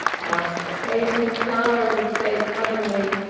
thus occasionally clara would say cuttingly,